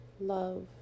love